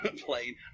plane